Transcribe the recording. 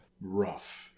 rough